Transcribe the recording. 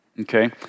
Okay